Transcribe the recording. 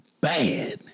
bad